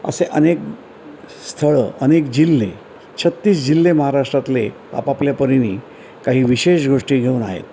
असे अनेक स्थळं अनेक जिल्हे छत्तीस जिल्हे महाराष्ट्रातले आपापल्या परीने काही विशेष गोष्टी घेऊन आहेत